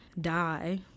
die